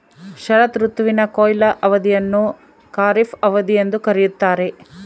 ಶರತ್ ಋತುವಿನ ಕೊಯ್ಲು ಅವಧಿಯನ್ನು ಖಾರಿಫ್ ಅವಧಿ ಎಂದು ಕರೆಯುತ್ತಾರೆ